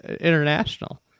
international